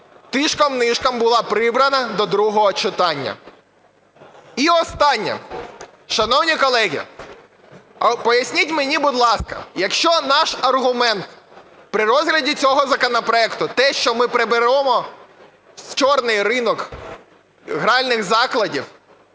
тишком-нишком була прибрана до другого читання. І останнє. Шановні колеги, поясніть мені, будь ласка, якщо наш аргумент при розгляді цього законопроекту – те, що ми приберемо "чорний ринок" гральних закладів,